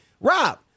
Rob